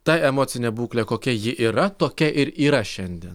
ta emocinė būklė kokia ji yra tokia ir yra šiandien